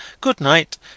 Good-night